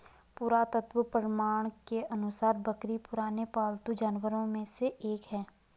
पुरातत्व प्रमाण के अनुसार बकरी पुराने पालतू जानवरों में से एक है